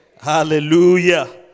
Hallelujah